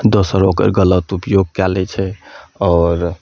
दोसर ओकर गलत उपयोग कए लै छै आओर